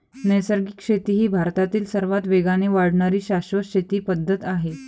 नैसर्गिक शेती ही भारतातील सर्वात वेगाने वाढणारी शाश्वत शेती पद्धत आहे